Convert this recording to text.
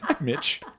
Mitch